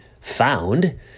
found